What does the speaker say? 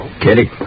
Kitty